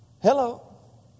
Hello